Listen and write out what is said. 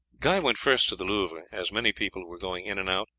guy went first to the louvre. as many people were going in and out,